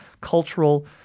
cultural